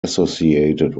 associated